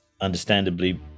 understandably